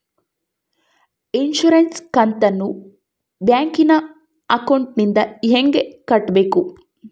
Insurance ಕಂತನ್ನ bank ಅಕೌಂಟಿಂದ ಹೆಂಗ ಕಟ್ಟಬೇಕು?